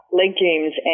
legumes